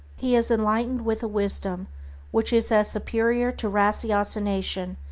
he is enlightened with a wisdom which is as superior to ratiocination,